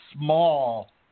small